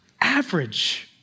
average